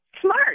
smart